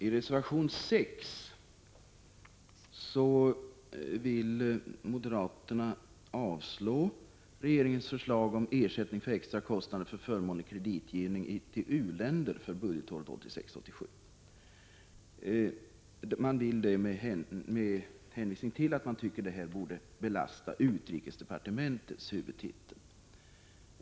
I reservation 6 avstyrker moderaterna regeringens förslag om ersättning för extra kostnader för förmånlig kreditgivning till u-länder för budgetåret 1986/87 — detta med hänvisning till att det borde belasta utrikesdepartementets huvudtitel.